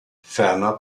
ferner